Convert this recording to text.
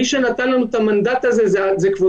מי שנתן לנו את המנדט הזה זה כבודכם,